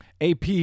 AP